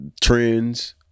trends